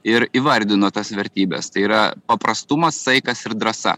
ir įvardino tas vertybes tai yra paprastumas saikas ir drąsa